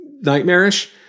nightmarish